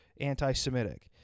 anti-Semitic